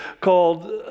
called